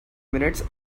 minutes